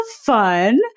fun